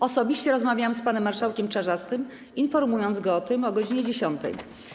Osobiście rozmawiałam z panem marszałkiem Czarzastym, informując go o tym, o godz. 10.